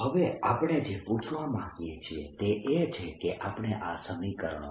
daI હવે આપણે જે પૂછવા માંગીએ છીએ તે એ છે કે આપણે આ સમીકરણો